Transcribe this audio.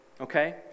okay